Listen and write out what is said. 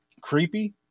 creepy